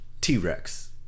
T-Rex